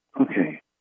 Okay